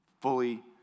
fully